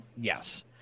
Yes